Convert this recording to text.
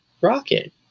rocket